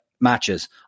matches